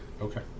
Okay